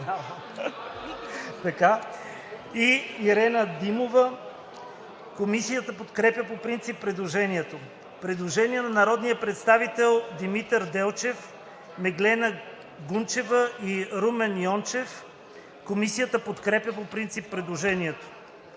Ирена Димова. Комисията подкрепя по принцип предложението. Предложение на народния представител Димитър Делчев, Меглена Гунчева и Румен Йончев. Комисията подкрепя по принцип предложението.